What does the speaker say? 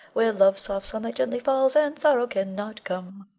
where love's soft sunlight gently falls, and sorrow cannot come.